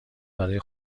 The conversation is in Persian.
برای